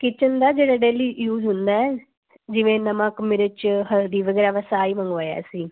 kitchen ਦਾ ਜਿਹੜਾ daily use ਹੁੰਦਾ ਹੈ ਜਿਵੇਂ ਨਮਕ ਮਿਰਚ ਹਲਦੀ ਵਗੈਰਾ ਬਸ ਆਹੀ ਮੰਗਵਾਇਆ ਸੀ